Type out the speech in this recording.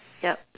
ya